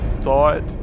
thought